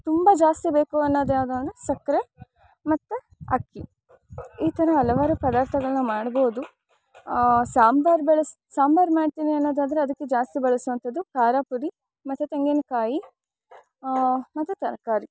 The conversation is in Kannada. ತುಂಬ ಜಾಸ್ತಿ ಬೇಕು ಅನ್ನೋದು ಯಾವುದು ಅಂದರೆ ಸಕ್ಕರೆ ಮತ್ತು ಅಕ್ಕಿ ಈ ಥರ ಹಲವಾರು ಪದಾರ್ಥಗಳನ್ನ ಮಾಡ್ಬೌದು ಸಾಂಬಾರು ಬೇಳೆ ಸ್ ಸಾಂಬಾರು ಮಾಡ್ತೀನಿ ಅನ್ನೋದಾದರೆ ಅದಕ್ಕೆ ಜಾಸ್ತಿ ಬಳಸುವಂಥದ್ದು ಖಾರ ಪುಡಿ ಮತ್ತು ತೆಂಗಿನಕಾಯಿ ಮತ್ತು ತರಕಾರಿ